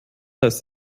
heißt